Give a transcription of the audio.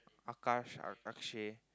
Ahkah Ahkrashe